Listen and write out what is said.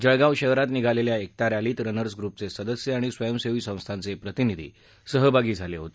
जळगाव शहरात निघालेल्या एकता रॅलीत रनर्स ग्रूपचे सदस्य आणि स्वयंसेवी संस्थांचे प्रतिनिधी सहभागी झाले होते